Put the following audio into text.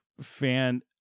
fan